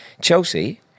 Chelsea